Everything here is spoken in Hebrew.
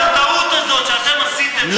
את הטעות הזו שאתם עשיתם,